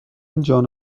جان